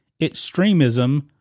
extremism